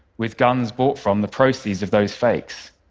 with guns but from the proceeds of those fakes.